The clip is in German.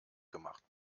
gemacht